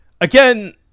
Again